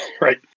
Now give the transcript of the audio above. right